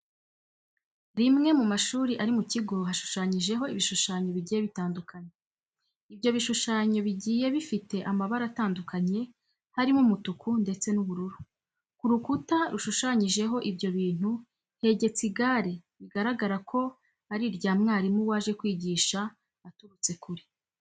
Rimwe mu mashuri ari mu kigo hashushanyijeho ibishushanyo bigiye bitandukanye. Ibyo bishushanyo bigiye bifite amabara atandukanye harimo umutuku ndetse n'ubururu. Ku rukuta rushushanyijeho ibyo bintu hegetse igare bigaragara ko ari irya mwarimu waje kwigisha aturutse kure.